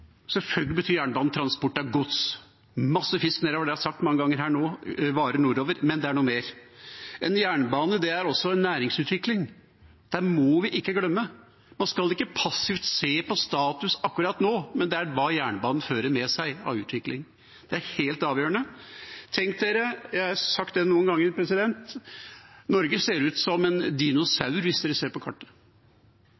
betyr en jernbane transport av gods – masse fisk nedover, det har jeg sagt mange ganger her nå, og varer nordover – men det er noe mer. En jernbane er også næringsutvikling. Det må vi ikke glemme. Man skal ikke passivt bare se på status akkurat nå, men se hva jernbanen fører med seg av utvikling. Det er helt avgjørende. Jeg har sagt dette noen ganger: Norge ser ut som en